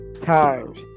times